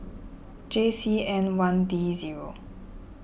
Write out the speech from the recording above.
J C N one D zero